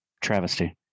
Travesty